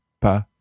pas